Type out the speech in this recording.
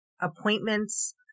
appointments